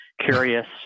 curious